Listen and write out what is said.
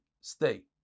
stay